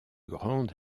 grande